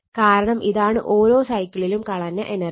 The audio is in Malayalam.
കാരണം ഇതാണ് ഓരോ സൈക്കിളിലും കളഞ്ഞ എനർജി